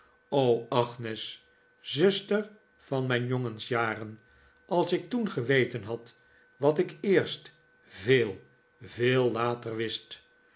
agnes zuster van mijn jpngensjaren als ik toen geweten had wat ik eerst veel veel later wist